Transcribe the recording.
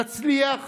נצליח